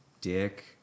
dick